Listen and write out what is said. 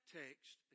text